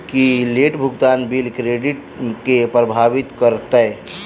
की late भुगतान bill credit केँ प्रभावित करतै?